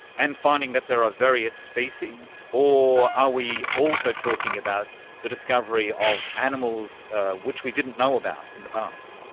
and finding that there are various species, or are we also talking about the discovery of animals which we didn't know about in the past?